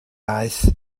aeth